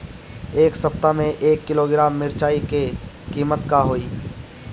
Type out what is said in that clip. एह सप्ताह मे एक किलोग्राम मिरचाई के किमत का होई?